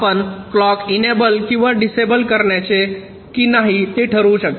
आपण clock enable किंवा disable करायचे की नाही ते ठरवू शकता